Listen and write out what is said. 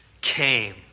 came